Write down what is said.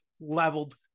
leveled